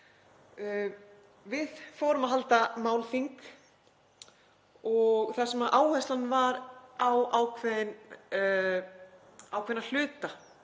Við fórum að halda málþing þar sem áherslan var á ákveðna hluta